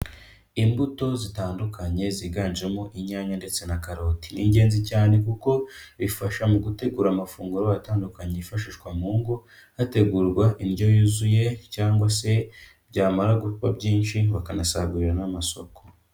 Imbuto zitandukanye ziganjemo inyanya ndetse na karoti, ni ingenzi cyane kuko bifasha mu gutegura amafunguro atandukanye yifashishwa mu ngo, hategurwa indyo yuzuye cyangwa se byamara kuba byinshi bakanasagurira n'amasoko.